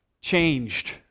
changed